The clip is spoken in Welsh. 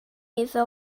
iddo